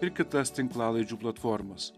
ir kitas tinklalaidžių platformas